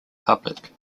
public